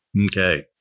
Okay